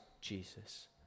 Jesus